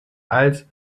als